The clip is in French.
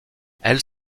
elles